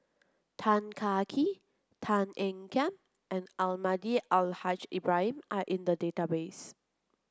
Tan Kah Kee Tan Ean Kiam and Almahdi Al Haj Ibrahim are in the database